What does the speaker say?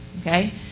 Okay